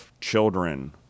children